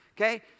okay